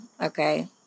Okay